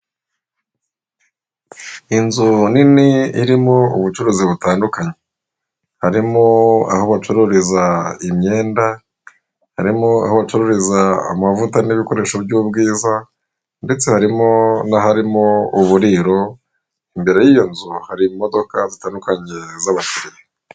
Inzu nini irimo ubucuruzi butandukanye harimo aho bacururiza imyenda, harimo aho bacururiza amavuta n'ibikoresho by'ubwiza ndetse harimo n'aharimo uburiro. Imbere y'iyo nzu hari imodoka zitandukanye z'abakiriya.